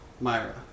Myra